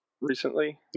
recently